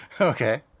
Okay